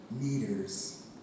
meters